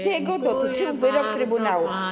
Tego dotyczył wyrok trybunału.